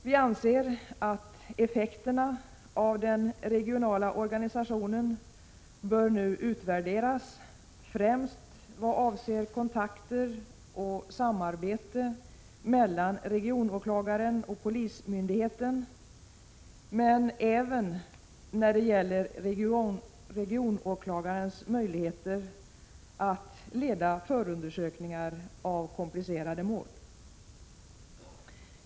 Vi anser att effekterna av den regionala organisationen nu bör utvärderas, främst vad avser kontakter och samarbete mellan regionåklagaren och polismyndigheten, men även när det gäller regionåklagarens möjligheter att leda förunder sökningar av komplicerade mål.